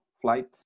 flight